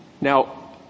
Now